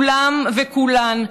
כולם וכולן.